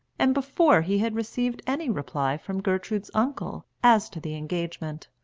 and before he had received any reply from gertrude's uncle as to the engagement.